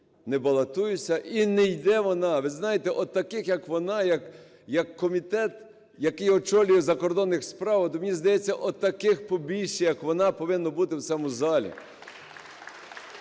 не балотуюся". І не йде вона. Ви знаєте, от таких, як вона, як Комітет, який очолює, закордонних справ, от мені здається, от таких побільше, як вона, повинно бути в цьому залі.